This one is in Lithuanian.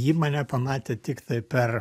ji mane pamatė tiktai per